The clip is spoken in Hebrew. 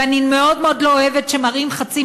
ואני מאוד מאוד לא אוהבת שמראים חצי